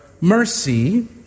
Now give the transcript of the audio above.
mercy